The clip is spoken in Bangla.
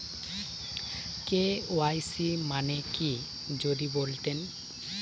কে.ওয়াই.সি মানে কি যদি বলতেন?